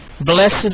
Blessed